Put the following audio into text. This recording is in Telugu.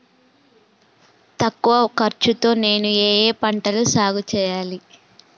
తక్కువ ఖర్చు తో నేను ఏ ఏ పంటలు సాగుచేయాలి?